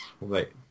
Wait